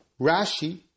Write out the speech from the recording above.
Rashi